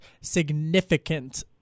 significant